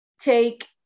take